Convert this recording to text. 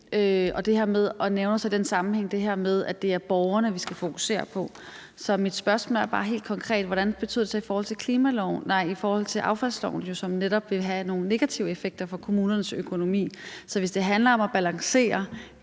og han nævner så i den sammenhæng det her med, at det er borgerne, vi skal fokusere på. Så mit spørgsmål er bare helt konkret: Hvad betyder det så i forhold til affaldsloven, som jo netop vil have nogle negative effekter for kommunernes økonomi? Så hvis det handler om at balancere